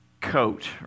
coat